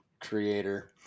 Creator